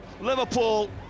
Liverpool